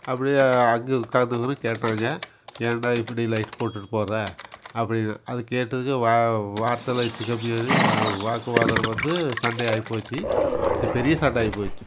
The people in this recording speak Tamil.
அப்படி அங்கே உட்காந்திருந்தவங்க கேட்டாங்க ஏண்டா இப்படி லைட்டு போட்டுகிட்டு போறே அப்படினு அது கேட்டதுக்கு வா வார்த்தை எல்லாம் எச்சு கம்மி ஆகி வா வாக்குவாதம் வந்து சண்டையாகிப் போச்சு ஸ் பெரிய சண்டையாகிப் போச்சு